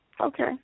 Okay